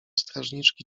strażniczki